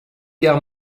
guerre